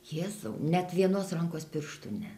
jėzau net vienos rankos pirštų ne